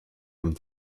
comme